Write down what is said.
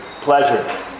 pleasure